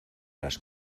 las